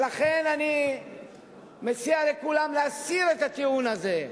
ולכן, אני מציע לכולם להסיר את הטיעון הזה.